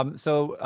um so,